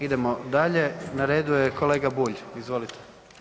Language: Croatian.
Idemo dalje, na redu je kolega Bulj, izvolite.